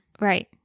Right